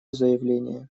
заявление